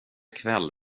kväll